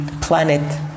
planet